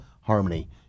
harmony